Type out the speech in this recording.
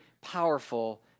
powerful